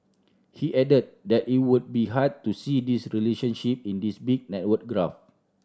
he added that it would be hard to see this relationship in this big network graph